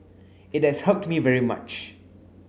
it has helped me very much